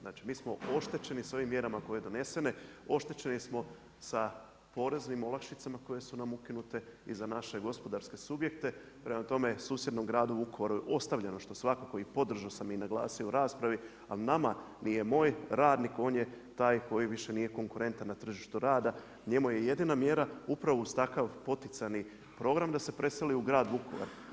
Znači mi smo oštećeni s ovim mjerama koje su donesene, oštećeni smo sa poreznim olakšicama koje su nam ukinute, i za naše gospodarske subjekte, prema tome, susjednom gradu Vukovaru je ostavljeno što svakako i podržao sam i naglasio u raspravi, ali nama nije, moj radnik, on je taj koji nije više konkurentan na tržištu rada, njemu je jedina mjera upravo uz takav poticani program da se preseli u grad Vukovar.